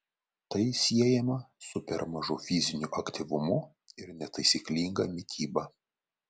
tai siejama su per mažu fiziniu aktyvumu ir netaisyklinga mityba